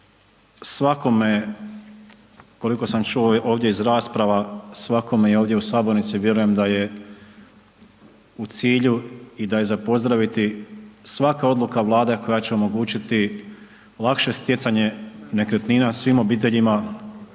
svakome, koliko sam čuo ovdje iz rasprava, svakome je ovdje u sabornici, vjerujem da je u cilju i da je za pozdraviti, svaka odluka Vlada koja će omogućiti lakše stjecanje nekretnina svim obiteljima,